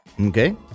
Okay